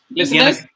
Listeners